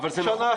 שנה,